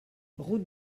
route